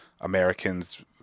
Americans